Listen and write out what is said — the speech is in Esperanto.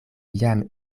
jam